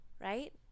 right